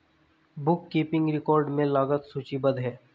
book keeping record में लागत सूचीबद्ध है